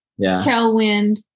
Tailwind